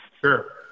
Sure